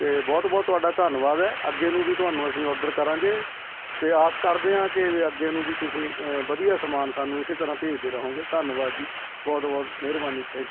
ਅਤੇ ਬਹੁਤ ਬਹੁਤ ਤੁਹਾਡਾ ਧੰਨਵਾਦ ਹੈ ਅੱਗੇ ਨੂੰ ਵੀ ਤੁਹਾਨੂੰ ਅਸੀਂ ਔਡਰ ਕਰਾਂਗੇ ਅਤੇ ਆਸ ਕਰਦੇ ਹਾਂ ਕਿ ਵੀ ਅੱਗੇ ਨੂੰ ਵੀ ਤੁਸੀਂ ਵਧੀਆ ਸਮਾਨ ਸਾਨੂੰ ਇਸੇ ਤਰ੍ਹਾਂ ਭੇਜਦੇ ਰਹੋਂਗੇ ਧੰਨਵਾਦ ਜੀ ਬਹੁਤ ਬਹੁਤ ਮਿਹਰਬਾਨੀ ਥੈਂਕ ਯੂ